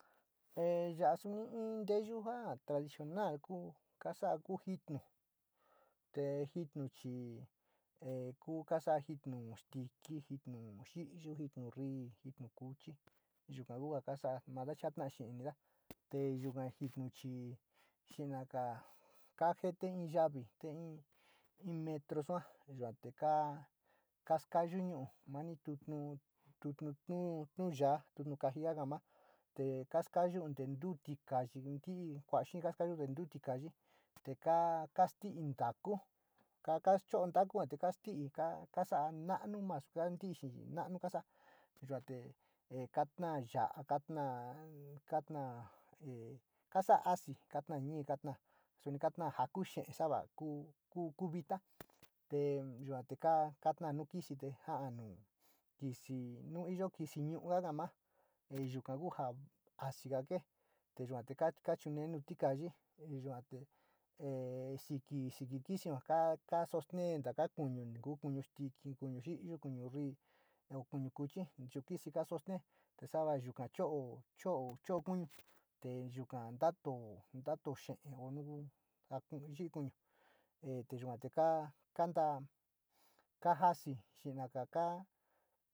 Ya suni in teyu ja´a tradicional kuu, kasa´a ku jitnu, te jitnu chi e ku kasa´a jitnu stiki, jitnu gi´iyu, nitnu rrii, jitnu kuchi, yuka ku kasa´a mada jata´a xee inida te yuka jitnu chii xina´aga kajete in yavi te in metro sua yuate káá kaskayu ñu´u mani tutnu, tutnu, tutnu tuu, turnu yáá te kastii te kasa´a na´anu nasuja ntiixi, na´anu kasa´a yuate kata yaa, kata kata e kasa asi, kataañii kataa, suni kata´a ku xee sa va ku vita te yuate kataa un kisi te ja´a un kisi, nu iyo kisi ñu´u kakaá ma e yuka kuja asiga ke te yua te kachinitee nu tikayii yuate e siki, siki kisia kaa sus tee kata kuñu, kuñi stiki, kuñu jiiyu, kuñu rii o kuñu kuchi yuu kisi ka sostee te sava yuka cho´o cho´o cho ó kuñu te yuka ntatu xeeo nu ku yii kuñu te yuate kaa, kantaa kajasi sina´aga kaa.